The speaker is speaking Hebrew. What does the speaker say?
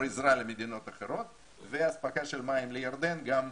עזרה למדינות אחרות ואספקה של מים לירדן גם נכללת.